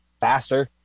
faster